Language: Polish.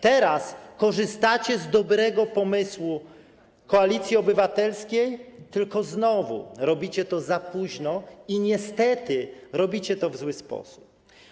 Teraz korzystacie z dobrego pomysłu Koalicji Obywatelskiej, tylko znowu robicie to za późno i niestety robicie to w zły sposób.